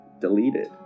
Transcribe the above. deleted